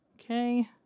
Okay